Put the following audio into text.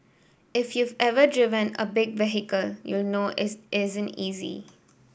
if you've ever driven a big vehicle you'll know it isn't easy